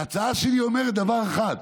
ההצעה שלי אומרת דבר אחד: